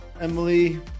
emily